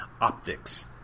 optics